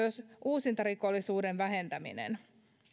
uusintarikollisuuden vähentäminen